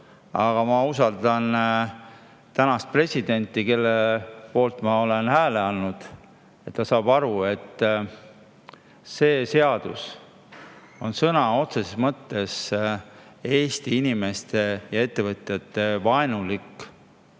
Aga ma usaldan presidenti, kelle poolt ma olen hääle andnud, et ta saab aru, et see seadus on sõna otseses mõttes Eesti inimeste ja ettevõtjate vastu